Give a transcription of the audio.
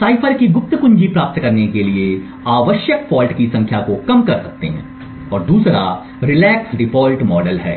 cipher की गुप्त कुंजी प्राप्त करने के लिए आवश्यक फॉल्ट की संख्या को कम कर सकते हैं और दूसरा रिलैक्स डिफ़ॉल्ट मॉडल हैं